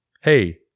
hey